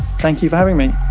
thank you for having me.